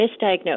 misdiagnosed